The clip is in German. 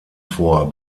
vor